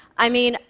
i mean,